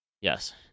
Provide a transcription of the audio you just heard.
Yes